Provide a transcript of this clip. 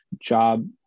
job